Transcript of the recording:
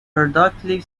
productive